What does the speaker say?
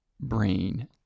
brain